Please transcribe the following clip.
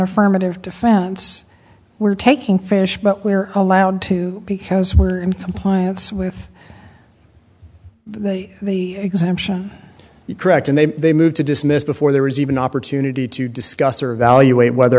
affirmative defense we're taking fish but we're allowed to because we're in compliance with the exemption you corrected they they moved to dismiss before there was even opportunity to discuss or evaluate whether